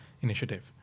initiative